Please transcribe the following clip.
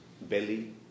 belly